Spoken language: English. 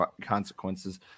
Consequences